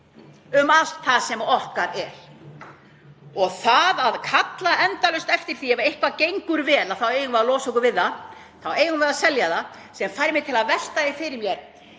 um allt það sem okkar er. Og það að kalla endalaust eftir því, ef eitthvað gengur vel, að við eigum að losa okkur við það og selja það fær mig til að velta því t.d. fyrir mér